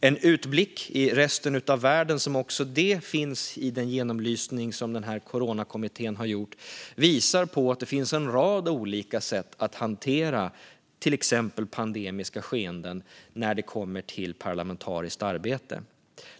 En utblick i resten av världen, som också finns med i den genomlysning som Coronakommittén har gjort, visar att det finns en rad olika sätt att hantera till exempel pandemiska skeenden när det kommer till parlamentariskt arbete.